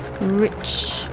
rich